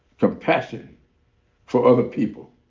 compassion for other people.